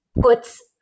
puts